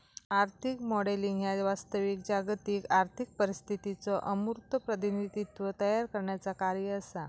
आर्थिक मॉडेलिंग ह्या वास्तविक जागतिक आर्थिक परिस्थितीचो अमूर्त प्रतिनिधित्व तयार करण्याचा कार्य असा